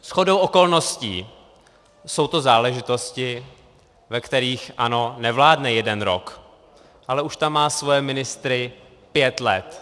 Shodou okolností jsou to záležitosti, ve kterých ANO nevládne jeden rok, ale už tam má svoje ministry pět let.